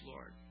Lord